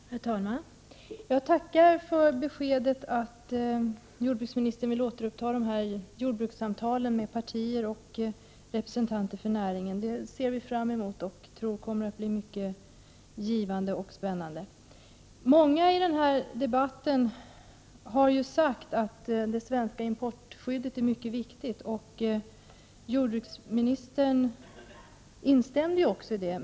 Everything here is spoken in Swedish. Herr talman! Jag tackar för beskedet att jordbruksministern vill återuppta jordbrukssamtalen med partier och representanter för näringen. Det ser vi fram emot och tror att det kommer att bli mycket givande och spännande. Många deltagare i den här debatten har ju sagt att det svenska importskyddet är mycket viktigt, och jordbruksministern instämde ju.